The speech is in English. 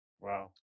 Wow